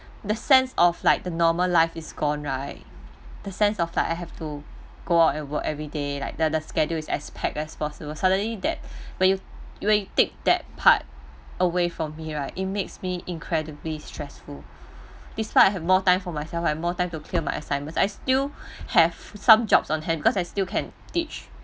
the sense of like the normal life is gone right the sense of like I have to go out and work everyday like the the schedule is as pack as possible suddenly that when you when you take that part away from here right it makes me incredibly stressful it's like I have more time for myself I have more time to clear my assignments I still have some jobs on hand because I still can teach